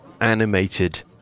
animated